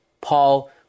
Paul